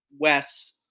Wes